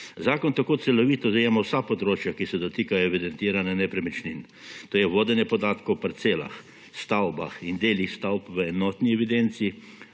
Zakon tako celovito zajema vsa področja, ki se dotikajo evidentiranja nepremičnin. To je vodenje podatkov o parcelah, stavbah in delih stavb v enotni evidenci,